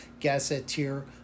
Gazetteer